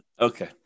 Okay